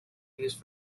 used